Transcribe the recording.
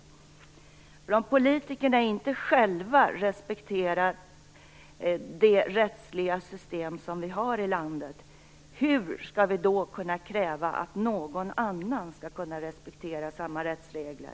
Om inte vi politiker själva respekterar det rättsliga system som vi har i landet, hur skall vi då kunna kräva att någon annan skall kunna respektera samma rättsregler?